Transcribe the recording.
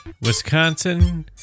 Wisconsin